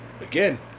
again